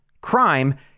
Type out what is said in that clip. crime